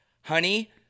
Honey